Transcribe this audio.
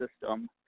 system